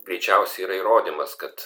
greičiausiai yra įrodymas kad